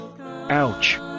Ouch